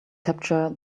capture